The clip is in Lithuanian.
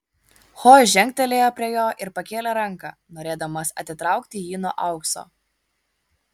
ho žengtelėjo prie jo ir pakėlė ranką norėdamas atitraukti jį nuo aukso